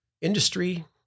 industry